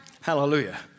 Hallelujah